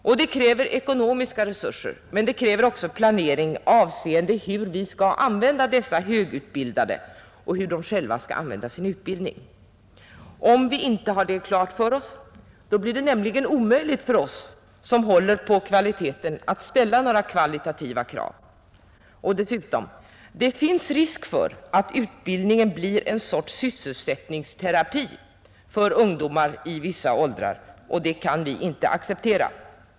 Detta kräver ökade ekonomiska resurser, men det kräver också planering avseende hur vi skall använda dessa högutbildade personer och hur de själva skall använda sin utbildning. Om vi inte har det klart för oss, blir det nämligen omöjligt för oss som håller på kvaliteten att ställa några kvalitativa krav. Dessutom finns det risk för att utbildningen blir en sorts sysselsättningsterapi för ungdomar i vissa åldrar, och det kan vi inte acceptera.